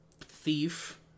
thief